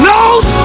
Nose